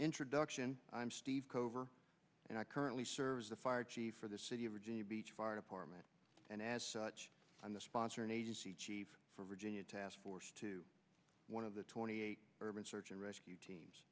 introduction i'm steve kovar and i currently serves the fire chief for the city of virginia beach fire department and as such i'm the sponsor an agency chief from virginia task force to one of the twenty urban search and rescue teams